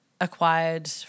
acquired